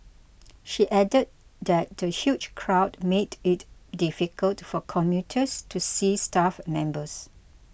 she added that the huge crowd made it difficult for commuters to see staff members